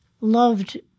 loved